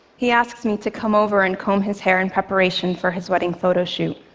he asks me to come over and comb his hair in preparation for his wedding photo shoot.